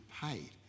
paid